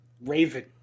Raven